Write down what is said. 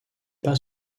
pas